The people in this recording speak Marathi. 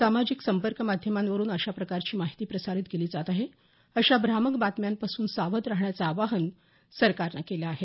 सामाजिक संपर्क माध्यमांवरून अशा प्रकारची माहिती प्रसारित केली जात आहे अशा भ्रामक बातम्यांपासून सावध राहण्याचं आवाहन सरकारनं केलं आहे